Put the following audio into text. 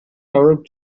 arab